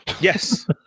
Yes